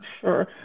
Sure